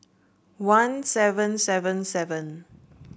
one seven seven seven